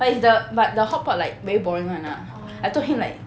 but is the but the hotpot like very boring [one] ah I told him like